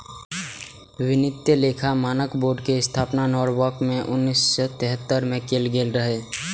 वित्तीय लेखा मानक बोर्ड के स्थापना नॉरवॉक मे उन्नैस सय तिहत्तर मे कैल गेल रहै